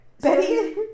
Betty